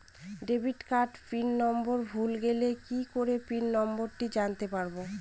Debit কার্ডের pin number ভুলে গেলে কি করে পিন নম্বরটি জানতে পারবো?